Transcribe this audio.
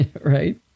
Right